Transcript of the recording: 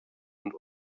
und